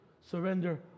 surrender